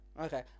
okay